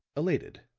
elated.